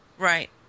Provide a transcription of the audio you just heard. Right